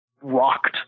rocked